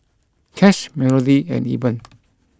Cash Melodee and Eben